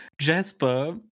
Jasper